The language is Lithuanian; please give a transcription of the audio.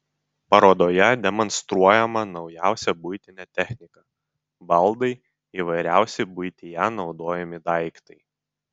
parodoje demonstruojama naujausia buitinė technika baldai įvairiausi buityje naudojami daiktai